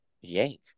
Yank